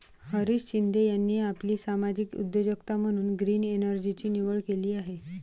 हरीश शिंदे यांनी आपली सामाजिक उद्योजकता म्हणून ग्रीन एनर्जीची निवड केली आहे